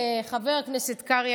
חבר הכנסת קרעי,